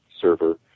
server